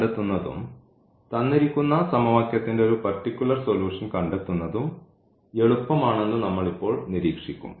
കണ്ടെത്തുന്നതും തന്നിരിക്കുന്ന സമവാക്യത്തിൻറെ ഒരു പർട്ടിക്കുലർ സൊലൂഷൻ കണ്ടെത്തുന്നതും എളുപ്പമാണെന്ന് നമ്മൾ ഇപ്പോൾ നിരീക്ഷിക്കും